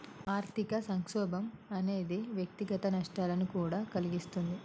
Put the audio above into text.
ఆర్థిక సంక్షోభం అనేది వ్యక్తిగత నష్టాలను కూడా కలిగిస్తుంది